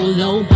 low